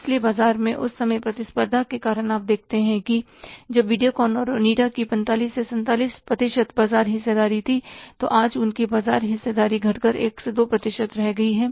इसलिए बाजार में उस समय प्रतिस्पर्धा के कारण आप देखते हैं कि जब वीडियोकॉन और ओनिडा की 45 से 47 प्रतिशत बाजार हिस्सेदारी थी तो आज उनकी बाजार हिस्सेदारी घटकर 1 से 2 प्रतिशत रह गई है